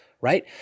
right